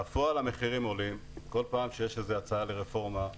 בפועל המחירים עולים בכל פעם שיש הצעה לרפורמה.